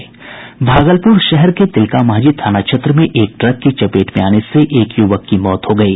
भागलपुर शहर के तिलका मांझी थाना क्षेत्र में एक ट्रक की चपेट में आने से एक युवक की मौत हो गयी